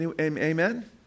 Amen